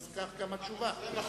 כך גם התשובה.